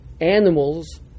animals